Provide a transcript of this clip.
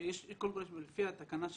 לפי תקנה (ח),